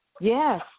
Yes